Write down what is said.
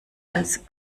als